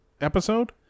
Episode